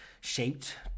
shaped